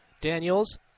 Daniels